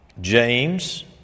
James